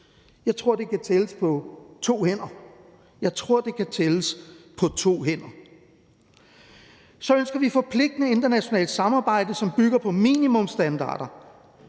Jeg tror, det kan tælles på to hænder – jeg tror, det kan tælles på to hænder! Så ønsker vi forpligtende internationalt samarbejde, som bygger på minimumsstandarder